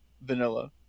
Vanilla